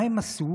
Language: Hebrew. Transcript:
מה הן עשו?